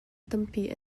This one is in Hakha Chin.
tampi